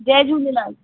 Jay Jhulelal